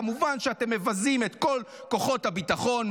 כמובן שאתם מבזים את כל כוחות הביטחון,